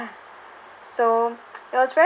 so it was very